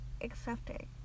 accepting